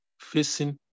facing